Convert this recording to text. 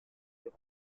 des